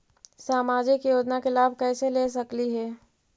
सामाजिक योजना के लाभ कैसे ले सकली हे?